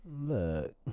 look